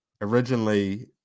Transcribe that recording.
Originally